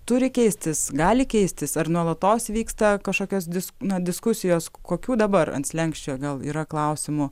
turi keistis gali keistis ar nuolatos vyksta kažkokios dis na diskusijos kokių dabar ant slenksčio gal yra klausimų